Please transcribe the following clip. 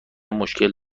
مشکل